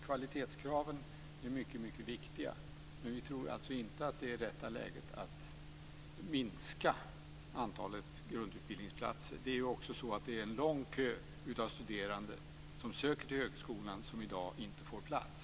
Kvalitetskraven är mycket viktiga, men vi tror alltså inte att det är rätta läget att minska antalet grundutbildningsplatser. Det är också så att det är en lång kö av studerande som söker till högskolan som i dag inte får plats.